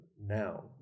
now